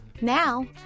Now